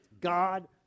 God